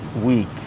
week